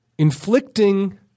inflicting